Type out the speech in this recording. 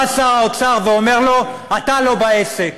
בא שר האוצר ואומר לו: אתה לא בעסק,